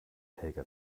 helga